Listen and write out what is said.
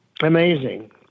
Amazing